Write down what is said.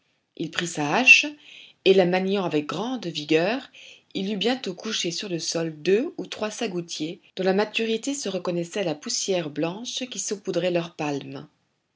il prit sa hache et la maniant avec une grande vigueur il eut bientôt couché sur le sol deux ou trois sagoutiers dont la maturité se reconnaissait à la poussière blanche qui saupoudrait leurs palmes